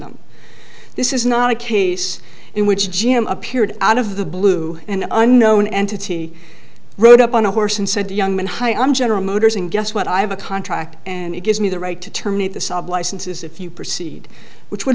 them this is not a case in which g m appeared out of the blue and unknown entity rode up on a horse and said young man hi i'm general motors and guess what i have a contract and it gives me the right to terminate the saab licenses if you proceed which would